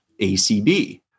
ACB